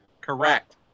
Correct